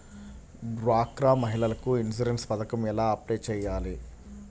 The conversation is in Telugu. డ్వాక్రా మహిళలకు ఇన్సూరెన్స్ పథకం ఎలా అప్లై చెయ్యాలి?